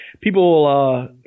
People